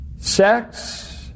sex